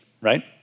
right